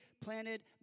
planted